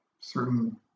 certain